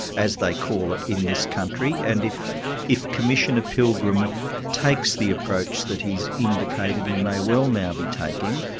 as they call it in this country, and if if commissioner pilgrim takes the approach that he's indicated he may well now be taking,